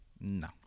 No